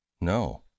No